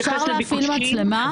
להפעיל מצלמה?